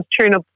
tuna